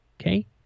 okay